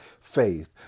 faith